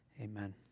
amen